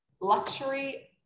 luxury